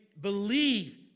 believe